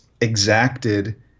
exacted